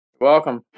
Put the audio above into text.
Welcome